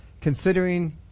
considering